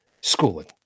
schooling